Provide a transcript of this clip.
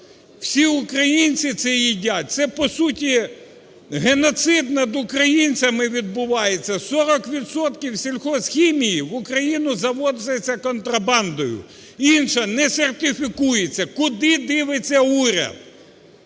всі українці це їдять, це, по суті, геноцид над українцями відбувається. Сорок відсотків сільхозхімії в Україну завозиться контрабандою, інше не сертифікується. Куди дивиться уряд?